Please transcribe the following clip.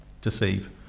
deceive